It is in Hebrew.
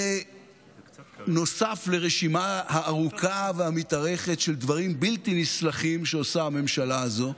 זה נוסף לרשימה הארוכה והמתארכת של דברים בלתי נסלחים שעושה הממשלה הזו.